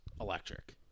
Electric